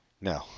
No